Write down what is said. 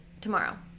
tomorrow